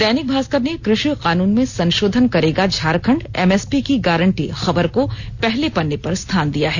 दैनिक भास्कर ने कृषि कानून में संशोधन करेगा झारखंड एसएमपी की गारंटी खबर को पहले पन्ने पर स्थान दिया है